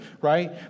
right